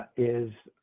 is